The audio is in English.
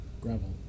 gravel